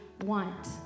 want